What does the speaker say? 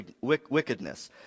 wickedness